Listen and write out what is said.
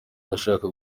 ndashaka